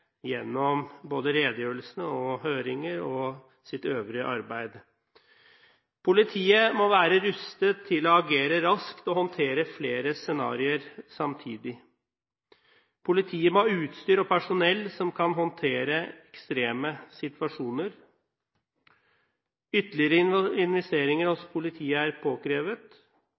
gjennom både redegjørelsene, høringene og sitt øvrige arbeid. Politiet må være rustet til å agere raskt og håndtere flere scenarioer samtidig. Politiet må ha utstyr og personell som kan håndtere ekstreme situasjoner. Ytterligere investeringer hos politiet er